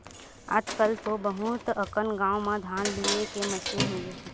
आजकल तो बहुत अकन गाँव म धान लूए के मसीन होगे हे